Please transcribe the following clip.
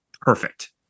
perfect